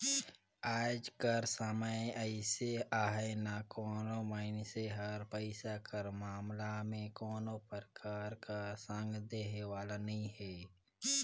आएज कर समे अइसे अहे ना कोनो मइनसे हर पइसा कर मामला में कोनो परकार कर संग देहे वाला नी हे